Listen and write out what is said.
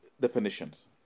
definitions